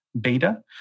Beta